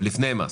לפני המס?